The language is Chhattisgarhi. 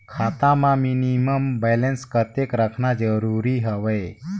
खाता मां मिनिमम बैलेंस कतेक रखना जरूरी हवय?